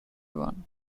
one